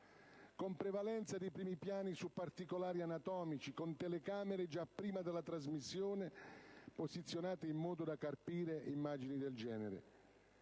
con prevalenza di primi piani su particolari anatomici e con telecamere, già prima della trasmissione, posizionate in modo da carpire immagini del genere,